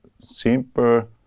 simple